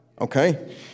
okay